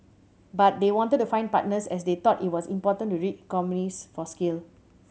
but they wanted to find partners as they thought it was important to reap economies for scale